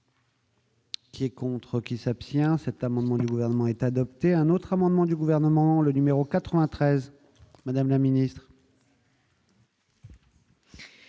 Qui est contre qui s'abstient cet amendement du gouvernement est adopté un autre amendement du gouvernement, le numéro 93 Madame la Ministre.